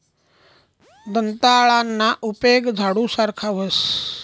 दंताळाना उपेग झाडू सारखा व्हस